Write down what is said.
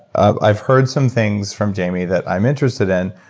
i've heard some things from jamie that i'm interested in,